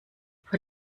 vor